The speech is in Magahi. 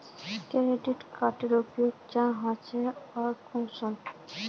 क्रेडिट कार्डेर उपयोग क्याँ होचे आर कुंसम?